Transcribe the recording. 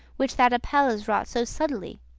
which that apelles wrought so subtlely.